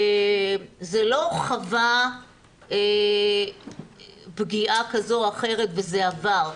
זה לא חווה פגיעה כזאת או אחרת וזה עבר,